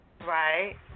Right